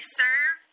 serve